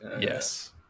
Yes